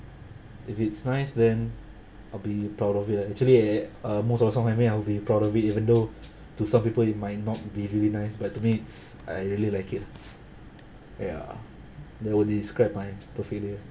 if it's nice then I'll be proud of it lah actually I uh most of the song I made I will be proud of it even though to some people it might not be really nice but to me it's I really like it ya that will describe my perfect day